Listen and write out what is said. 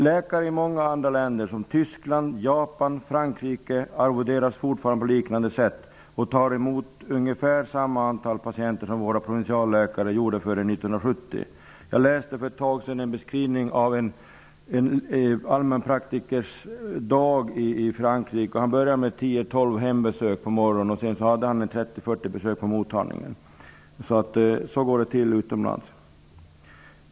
Läkare i många andra länder, som Tyskland, Japan och Frankrike arvoderas fortfarande på liknande sätt och tar emot ungefär samma antal patienter som våra provinsialläkare gjorde före 1970. Jag läste för ett tag sedan en beskrivning av en allmänpraktikers dag i Frankrike. Han börjar med 10--12 hembesök på morgonen, och sedan har han 30--40 besök på mottagningen. Så går det till utomlands.